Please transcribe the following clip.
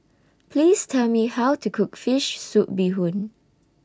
Please Tell Me How to Cook Fish Soup Bee Hoon